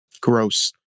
Gross